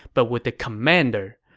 but with the commander.